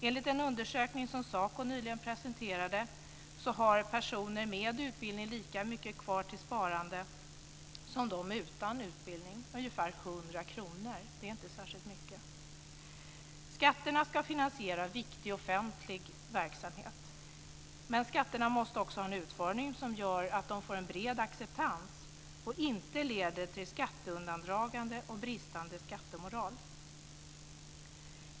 Enligt en undersökning som SACO nyligen presenterade har personer med utbildning lika mycket kvar till sparande som de utan utbildning - ungefär 100 kr, vilket inte är särskilt mycket. Skatterna ska finansiera viktig offentlig verksamhet. Men skatterna måste också ha en utformning som gör att de får en bred acceptans och inte leder till skatteundandragande och bristande skattemoral.